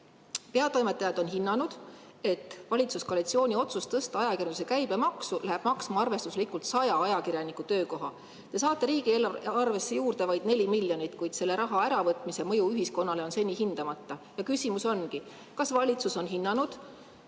Peatoimetajad on hinnanud, et valitsuskoalitsiooni otsus tõsta ajakirjanduse käibemaksu läheb maksma arvestuslikult 100 ajakirjaniku töökoha. Te saate riigieelarvesse juurde vaid 4 miljonit, kuid selle raha äravõtmise mõju ühiskonnale on seni hindamata. Ja küsimus ongi: kas valitsus on hinnanud